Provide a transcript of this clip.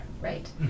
Right